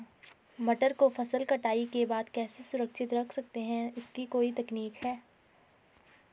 मटर को फसल कटाई के बाद कैसे सुरक्षित रख सकते हैं इसकी कोई तकनीक है?